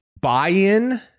buy-in